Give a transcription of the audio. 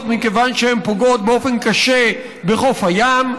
מכיוון שהן פוגעות באופן קשה בחוף הים,